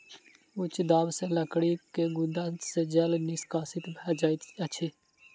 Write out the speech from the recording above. उच्च दाब सॅ लकड़ी के गुद्दा सॅ जल निष्कासित भ जाइत अछि